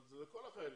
אבל זה לכל החיילים.